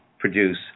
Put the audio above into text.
produce